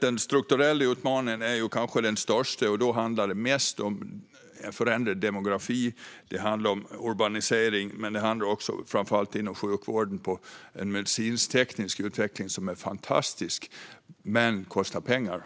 Den strukturella utmaningen är kanske den största. Det handlar mest om förändrad demografi. Det handlar även om urbanisering. Det handlar också, framför allt inom sjukvården, om en medicinsk-teknisk utveckling som är fantastisk men som kostar pengar.